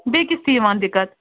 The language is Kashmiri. بیٚیِس تہِ یوان دِقعت